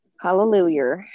Hallelujah